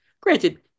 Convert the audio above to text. granted